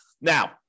Now